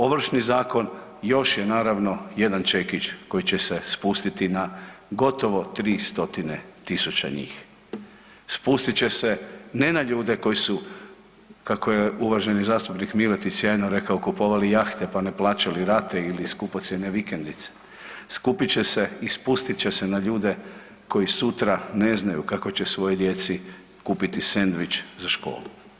Ovršni zakon još je naravno jedan čekić koji će se spustiti na gotovo 300.000 njih, spustit će se ne na ljude koji su kako je uvaženi zastupnik Miletić sjajno rekao, kupovali jahte pa ne plaćali rate ili skupocjene vikendice, skupit će se i spustit će se na ljude koji sutra ne znaju kako će svojoj djeci kupiti sendvič za školu.